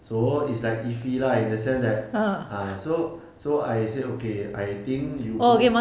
so it's like if he lah in the sense that ah so so I said okay I think you both